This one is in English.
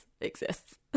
exists